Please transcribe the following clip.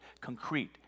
concrete